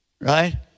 Right